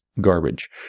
garbage